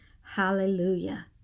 hallelujah